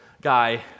guy